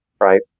right